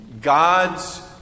God's